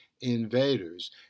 invaders